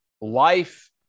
life